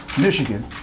Michigan